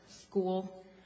school